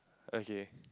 okay